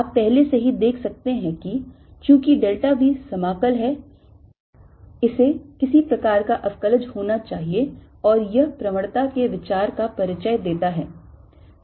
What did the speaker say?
आप पहले से ही देख सकते हैं कि चूंकि delta v समाकल है इसे किसी प्रकार का अवकलज होना चाहिए और यह प्रवणता के विचार का परिचय देता है